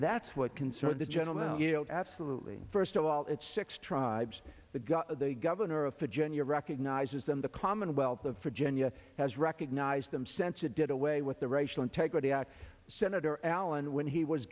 that's what concerned the gentleman absolutely first of all it's six tribes the got the governor of virginia recognizes them the commonwealth of virginia has recognized them sensa did away with the racial integrity at senator allen when he was